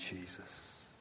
Jesus